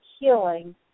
healing